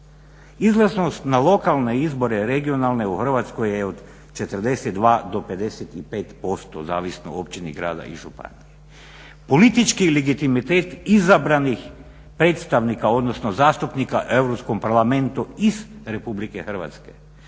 Izlaznost na lokalne izbore, regionalne u Hrvatskoj je od 42 do 55%, zavisno o općini, grada i županije. Politički legitimitet izabranih predstavnika, odnosno zastupnika u Europskom parlamentu iz RH, sa